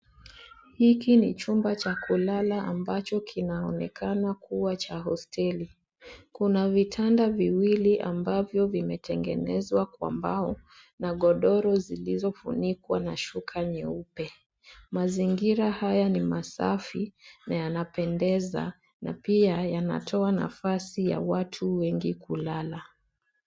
Hiki ni chumba cha kulala ambacho kinaonekana kuwa cha hosteli. Kuna vitanda viwili ambavyo vimetengenezwa kwa mbao na godoro zilizo funikwa na shuka nyeupe. Mazingira haya ni masafi na yanapendeza na pia yanatoa nafasi ya watu wengi kulala.